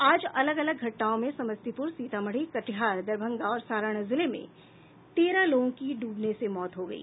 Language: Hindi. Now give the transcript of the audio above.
आज अलग अलग घटनाओं में समस्तीपुर सीतामढ़ी कटिहार दरभंगा और सारण जिले में तेरह लोगों की डूबने से मौत हो गयी